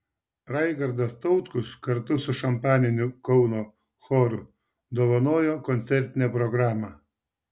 raigardas tautkus kartu su šampaniniu kauno choru dovanojo koncertinę programą